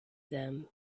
them